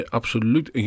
absoluut